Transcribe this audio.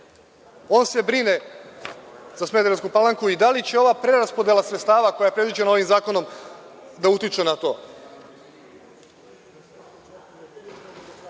On se brine za Smederevsku Palanku i da li će ova preraspodela sredstava koja je predviđena ovim zakonom da utiče na to.